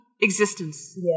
existence